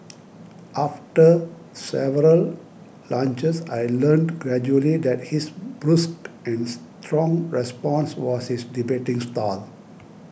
after several lunches I learnt gradually that his brusque and strong response was his debating style